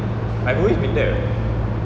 I have always been that [what]